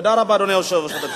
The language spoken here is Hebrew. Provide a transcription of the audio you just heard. תודה רבה, אדוני היושב-ראש.